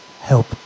help